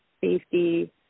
safety